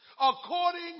according